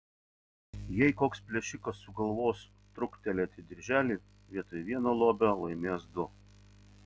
jei koks plėšikas sugalvos truktelėti dirželį vietoj vieno lobio laimės du